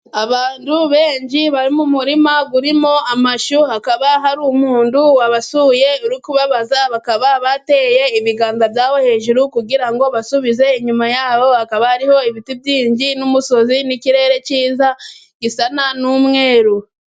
Abantu benshi bari mu murima urimo amashu, hakaba hari umuntu wabasuye uri kubabaza, bakaba bateye ibiganza byabo hejuru kugira ngo basubize. Inyuma yabo hakaba hariho ibiti n'umusozi n'ikirere cyiza gisa n'umweru.